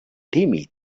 tímid